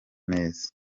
neza